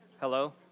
Hello